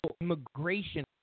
immigration